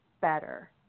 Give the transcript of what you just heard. better